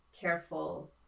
careful